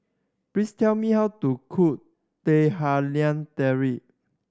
please tell me how to cook Teh Halia Tarik